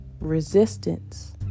Resistance